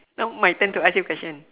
now my turn to ask you question